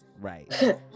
Right